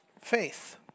faith